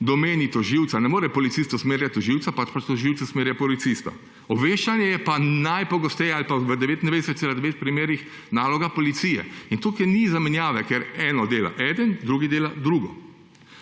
domeni tožilca. Ne more policist usmerjati tožilca, pač pa tožilec usmerja policista. Obveščanje je pa najpogosteje ali pa v 99,9 primerih naloga policije. In tukaj ni zamenjave, ker eno dela eden, drugi dela drugo.